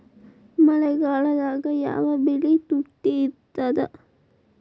ಮಳೆಗಾಲದಾಗ ಯಾವ ಬೆಳಿ ತುಟ್ಟಿ ಇರ್ತದ?